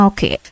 Okay